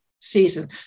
season